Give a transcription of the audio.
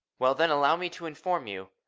well, then, allow me to inform you.